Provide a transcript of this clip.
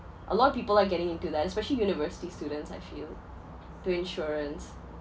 a lot of people are getting into that especially university students I feel to insurance